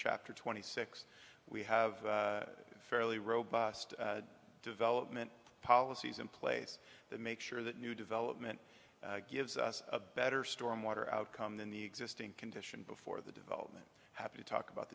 chapter twenty six we have fairly robust development policies in place that make sure that new development gives us a better stormwater outcome than the existing condition before the development have to talk about